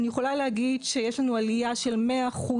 אני יכולה להגיד שיש לנו עלייה של 100%